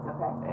Okay